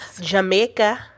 Jamaica